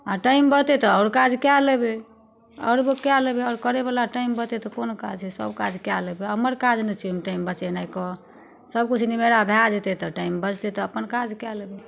आ टाइम बढ़तै तऽ आओर काज कै लेबै आओर कै लेबै आओर करे बला टाइम बचतै तऽ कोन काज छै सब काज कै लेबै हमर काज नहि छै टाइम बचेनाइ कऽ सब किछु निमेरा भए जेतै तऽ टाइम बचतै तऽ अपन काज कै लेबै